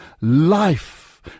Life